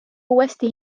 uuesti